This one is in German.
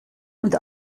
und